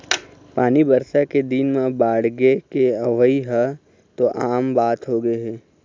पानी बरसा के दिन म बाड़गे के अवइ ह तो आम बात होगे हे